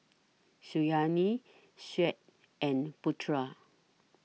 Syazwani Syed and Putra